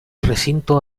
recinto